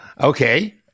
Okay